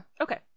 Okay